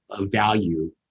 value